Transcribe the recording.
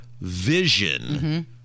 vision